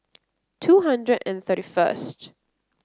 two hundred and thirty first